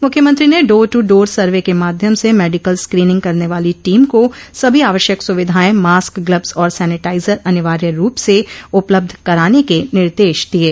मुख्यमंत्री ने door to door survey के माध्यम से मेडिकल स्क्रीनिंग करने वालो टीम को सभी आवश्यक सुविधाएं मास्क ग्लब्स और सैनिटाइजर अनिवार्य रूप से उपलब्ध कराने के निर्देश दिये